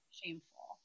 shameful